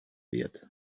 yet